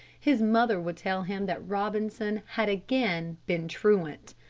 his mother would tell him that robinson had again been truant.